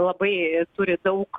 labai turi daug